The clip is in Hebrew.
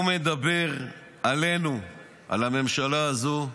הוא מדבר עלינו, על הממשלה הזו,